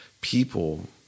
people